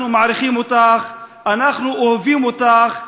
אנחנו מעריכים אותך, אנחנו אוהבים אותך.